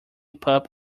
pump